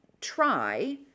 try